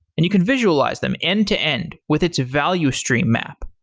and you can visualize them end to end with its value stream map.